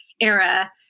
era